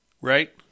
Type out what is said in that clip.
right